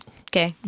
okay